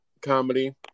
comedy